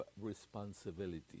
responsibility